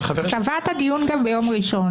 קבעת דיון ביום ראשון.